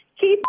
Keep